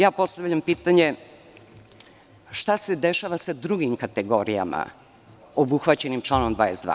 Ja postavljam pitanje šta se dešava sa drugim kategorijama obuhvaćenim članom 22?